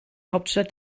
hauptstadt